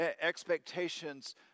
expectations